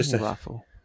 rifle